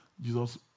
Jesus